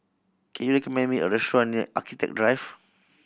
can you recommend me a restaurant near Architecture Drive